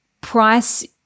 price